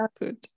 good